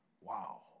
Wow